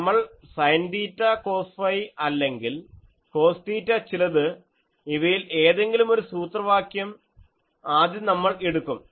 നമ്മൾ sine theta cos phi അല്ലെങ്കിൽ cos theta ചിലത് ഇവയിൽ ഏതെങ്കിലുമൊരു ഒരു സൂത്രവാക്യം ആദ്യം നമ്മൾ എടുക്കും